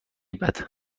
بعد